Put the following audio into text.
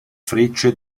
frecce